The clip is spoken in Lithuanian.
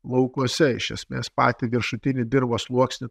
laukuose iš esmės patį viršutinį dirvos sluoksnį